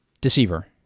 Deceiver